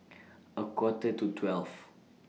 A Quarter to twelve